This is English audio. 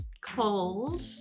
cold